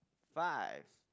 five